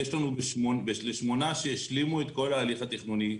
יש לנו 8 שהשלימו את ההליך התכנוני.